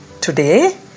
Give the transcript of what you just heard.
Today